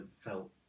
felt